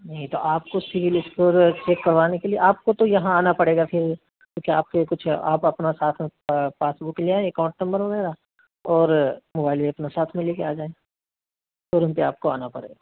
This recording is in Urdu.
نہیں تو آپ کو سول اسکور چیک کروانے کے لیے آپ کو تو یہاں آنا پڑے گا پھر کیونکہ آپ کے کچھ آپ اپنا پاس بک لے آئیں اکاؤنٹ نمبر وغیرہ اور موبائل بھی اپنا ساتھ میں لے کے آ جائیں سو روم پے آپ کو آنا پڑے گا